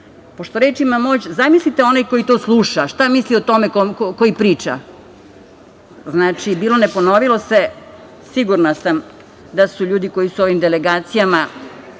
pošto reč ima moć, zamislite onaj koji to sluša, šta misli o tome koji priča. Znači, bilo ne ponovilo se. Sigurna sam, da su ljudi koji su u ovim delegacijama,